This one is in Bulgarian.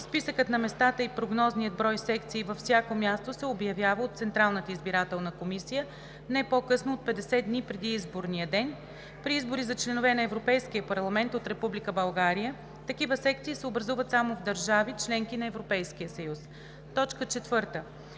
списъкът на местата и прогнозният брой секции във всяко място се обявява от Централната избирателна комисия не по-късно от 50 дни преди изборния ден; при избори за членове на Европейския парламент от Република България такива секции се образуват само в държави – членки на Европейския съюз; 4. извън